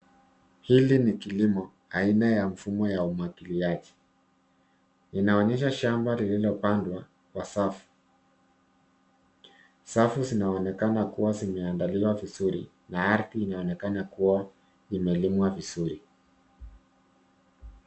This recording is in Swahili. Hili ni kilimo aina ya mfumo ya umwagiliaji. Inaonyesha shamba lililopandwa kwa safu. Safu zinaonekana kuwa zimeandaliwa vizuri na ardhi inaonekana kuwa imelimwa vizuri.